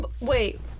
Wait